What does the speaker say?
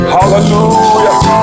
Hallelujah